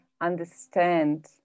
understand